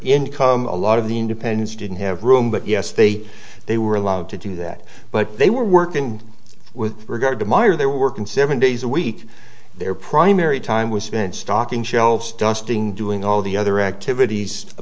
income a lot of the independence didn't have room but yes they they were allowed to do that but they were working with regard to myer they were considering days a week their primary time was spent stocking shelves dusting doing all the other activities